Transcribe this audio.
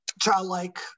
childlike